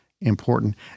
important